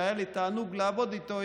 שהיה לי תענוג לעבוד איתו,